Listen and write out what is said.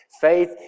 Faith